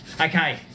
Okay